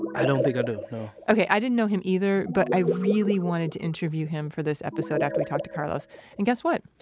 i don't think i do okay. i didn't know him either, but i really wanted to interview him for this episode after we talked to carlos and guess what?